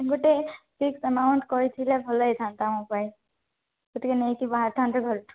ଗୋଟେ fix amount କହିଥିଲେ ଭଲ ହେଇଥାନ୍ତା ମୋ ପାଇଁ ମୁଁ ଟିକେ ନେଇକି ବାହାରି ଥାନ୍ତେ ଘରଠୁ